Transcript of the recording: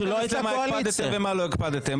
לא ניכנס למה הקפדתם ומה לא הקפדתם.